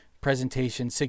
presentation